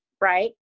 right